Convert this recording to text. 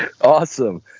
awesome